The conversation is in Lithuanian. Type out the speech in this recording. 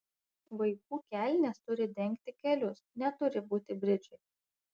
vaikų kelnės turi dengti kelius neturi būti bridžai